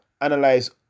analyze